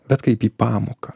bet kaip į pamoką